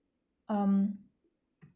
um